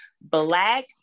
black